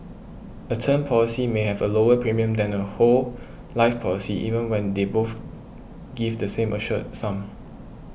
a term policy may have a lower premium than a whole life policy even when they both give the same assured sum